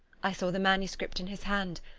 i saw the manuscript in his hand,